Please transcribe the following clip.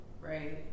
right